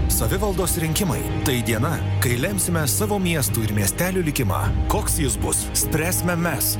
savivaldos rinkimai tai diena kai lemsime savo miestų ir miestelių likimą koks jis bus spręsime mes